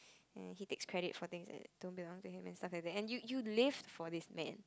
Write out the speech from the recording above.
and he takes credits for things that don't belong to him and stuff like that and you you live for this man